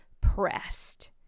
pressed